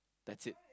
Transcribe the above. that's it